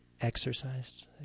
Exercised